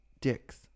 dicks